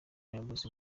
umuyobozi